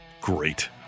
great